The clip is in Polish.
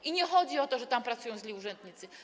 I nie chodzi o to, że tam pracują źli urzędnicy.